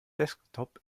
desktop